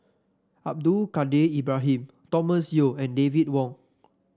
Abdul Kadir Ibrahim Thomas Yeo and David Wong